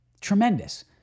Tremendous